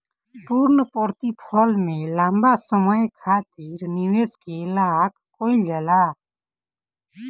पूर्णप्रतिफल में लंबा समय खातिर निवेश के लाक कईल जाला